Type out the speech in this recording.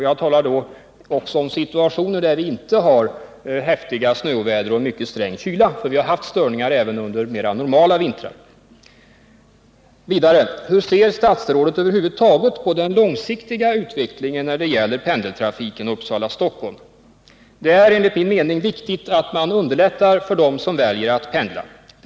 Jag talar då också om situationer där det inte har varit häftiga snöoväder och mycket sträng kyla, för vi har haft störningar även under mera normala vintrar. Vidare: Hur ser statsrådet över huvud taget på den långsiktiga utvecklingen när det gäller pendeltrafiken Uppsala-Stockholm? Det är enligt min mening viktigt att man underlättar för dem som väljer att pendla.